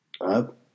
up